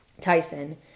Tyson